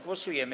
Głosujemy.